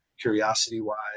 curiosity-wise